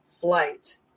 flight